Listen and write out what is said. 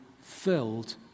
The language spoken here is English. filled